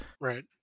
Right